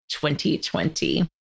2020